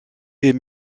est